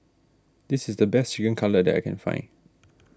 this is the best Chicken Cutlet that I can find